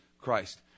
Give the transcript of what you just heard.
Christ